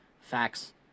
facts